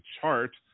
chart